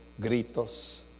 gritos